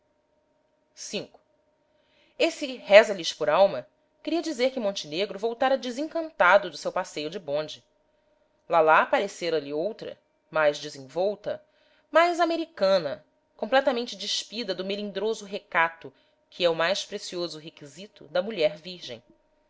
v esse reza lhes por alma queria dizer que montenegro voltara desencantado do seu passeio de bonde lalá parecera-lhe outra mais desenvolta mais americana completamente despida do melindroso recato que é o mais precioso requisito da mulher virgem